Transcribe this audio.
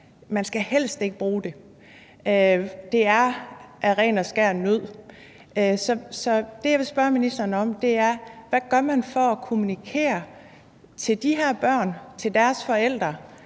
ikke skal gøre brug af det – det er af ren og skær nød. Så det, jeg vil spørge ministeren om, er: Hvad gør man for at kommunikere til de her børn og deres forældre: